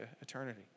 eternity